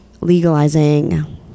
legalizing